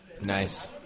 Nice